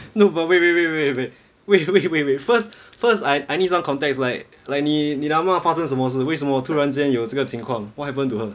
no but wait wait wait wait wait wait wait first first I I need some context like like 你你的阿嬷发生什么是为什么突然间有这个情况 what happened to her